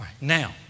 Now